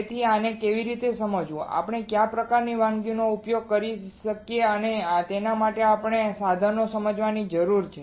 તેથી આને કેવી રીતે સમજવું આપણે કયા પ્રકારની વાનગીઓનો ઉપયોગ કરી શકીએ અને તેના માટે આપણે સાધનોને સમજવાની જરૂર છે